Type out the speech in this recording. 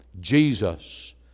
Jesus